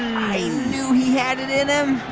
i knew he had it in him.